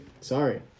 Sorry